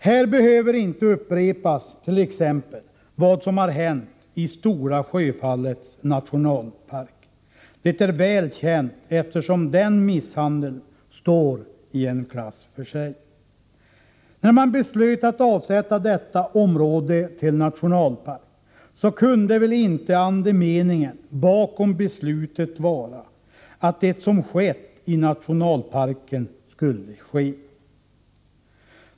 Här behöver inte upprepas vad som t.ex. har hänt i Stora Sjöfallets nationalpark. Det är väl känt, eftersom den misshandeln står i en klass för sig. När man beslöt att avsätta detta område till nationalpark kunde väl inte andemeningen bakom beslutet vara att det som inträffat i nationalparken skulle ske.